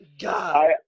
god